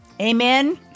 Amen